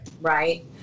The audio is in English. Right